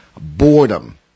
boredom